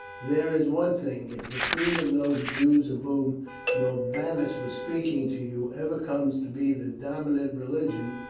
there is one thing, if the creed of those jews of whom norbanus was speaking to you ever comes to be the dominant religion,